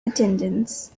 attendance